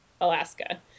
Alaska